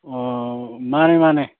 ꯑꯣ ꯃꯥꯅꯦ ꯃꯥꯅꯦ